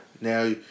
now